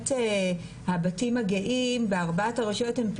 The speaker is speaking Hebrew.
הבתים הגאים בארבע הרשויות הם באמת